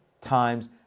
times